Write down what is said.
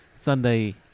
Sunday